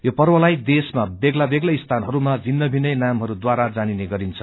यो पर्वलाई देशमा बेग्ला बेग्लै स्थानहरूमा भिन्न भिन्नै नामहरूद्वारा जानिने गरिन्छ